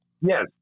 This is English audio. Yes